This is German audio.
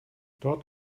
dort